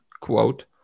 quote